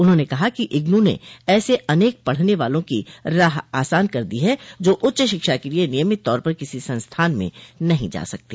उन्होंने कहा कि इग्नू ने ऐसे अनेक पढ़ने वालो की राह आसान कर दी है जो उच्च शिक्षा के लिए नियमित तौर पर किसी संस्थान में नहीं जा सकते